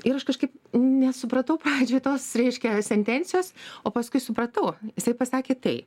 ir aš kažkaip nesupratau pradžioj tos reiškia sentencijos o paskui supratau jisai pasakė tai